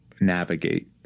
navigate